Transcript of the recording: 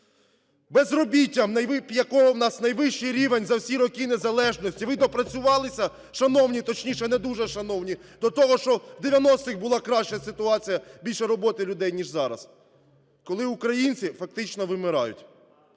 безробіттям, якого у нас найвищий рівень за всі роки незалежності, ви допрацювалися, шановні, точніше, не дуже шановні, до того, що в 90-х була краща ситуація, більше роботи в людей, ніж зараз, коли українці фактично вимирають.